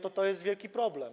To jest wielki problem.